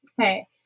Hey